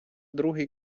другий